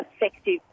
effective